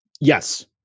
Yes